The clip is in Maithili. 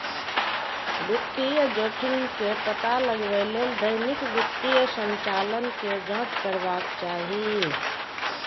वित्तीय जोखिम के पता लगबै लेल दैनिक वित्तीय संचालन के जांच करबाक चाही